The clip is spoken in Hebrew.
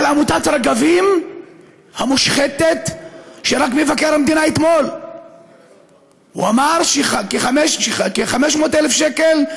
על עמותת רגבים המושחתת רק אתמול אמר מבקר המדינה שכ-500,000 שקל,